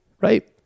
right